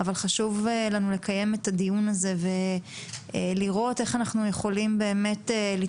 אבל חשוב לנו לקיים את הדיון הזה ולראות איך אנחנו יכולים לצמוח